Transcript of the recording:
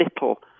little